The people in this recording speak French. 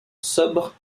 sobre